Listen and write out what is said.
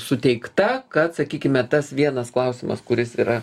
suteikta kad sakykime tas vienas klausimas kuris yra